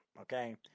Okay